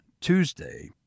Tuesday